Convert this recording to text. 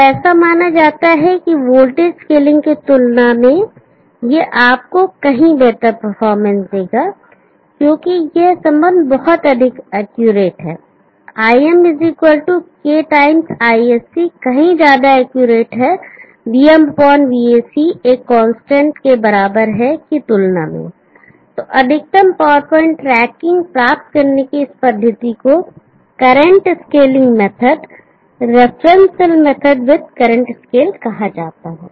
अब ऐसा माना जाता है वोल्टेज स्केलिंग की तुलना में यह आपको कहीं बेहतर परफॉर्मेंस देगा क्योंकि यह संबंध बहुत अधिक एक्यूरेट है Im K ISC कहीं ज्यादा एक्यूरेट है vm voc एक कांस्टेंट के बराबर है की तुलना में तो अधिकतम पॉवर पॉइंट ट्रैकिंग प्राप्त करने की इस पद्धति को current scaling method reference cell method with current scale कहा जाता है